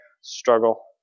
struggle